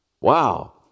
Wow